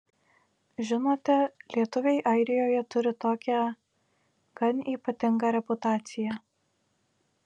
žinote lietuviai airijoje turi tokią gan ypatingą reputaciją